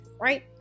Right